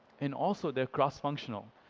and also they're cross functional,